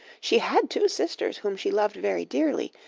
she had two sisters whom she loved very dearly.